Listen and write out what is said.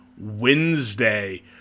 Wednesday